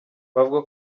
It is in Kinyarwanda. bavuga